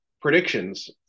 predictions